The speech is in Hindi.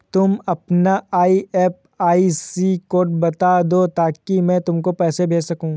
तुम अपना आई.एफ.एस.सी कोड बता दो ताकि मैं तुमको पैसे भेज सकूँ